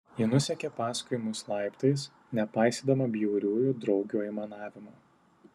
ji nusekė paskui mus laiptais nepaisydama bjauriųjų draugių aimanavimo